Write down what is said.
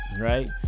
right